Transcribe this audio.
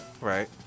Right